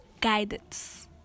guidance